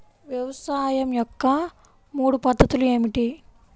వ్యవసాయం యొక్క మూడు పద్ధతులు ఏమిటి?